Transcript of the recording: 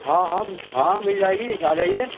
ہاں ہاں ہاں مل جائے گی آ جائیے